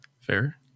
Fair